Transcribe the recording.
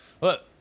Look